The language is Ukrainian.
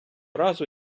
разу